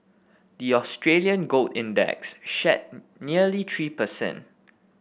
the Australian gold index shed nearly three percent